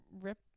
Rip